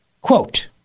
Quote